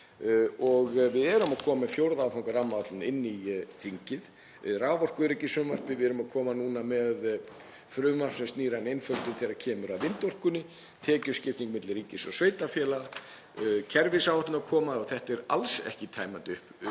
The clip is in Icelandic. Við erum að koma með fjórða áfanga rammaáætlunar inn í þingið. Raforkuöryggisfrumvarpið, við erum að koma núna með frumvarp sem snýr að einföldun þegar kemur að vindorkunni, tekjuskipting milli ríkis og sveitarfélaga, kerfisáætlun er að koma og þetta er alls ekki tæmandi